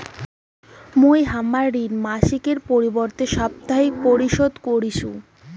মুই হামার ঋণ মাসিকের পরিবর্তে সাপ্তাহিক পরিশোধ করিসু